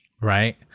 right